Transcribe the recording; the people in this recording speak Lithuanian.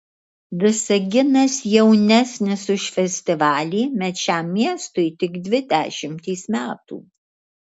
visaginas jaunesnis už festivalį mat šiam miestui tik dvi dešimtys metų